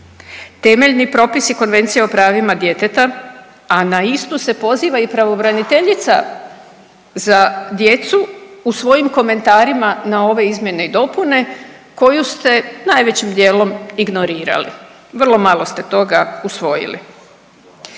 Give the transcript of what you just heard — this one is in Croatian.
Temeljni propisi Konvencije o pravima djeteta, a na istu se poziva i pravobraniteljica za djecu u svojim komentarima na ove izmjene i dopune koju ste najvećim dijelom ignorirali, vrlo malo ste toga usvojili.